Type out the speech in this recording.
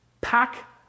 Pack